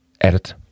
Edit